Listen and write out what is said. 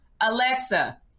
Alexa